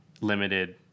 limited